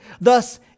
thus